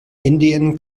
indian